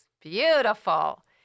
beautiful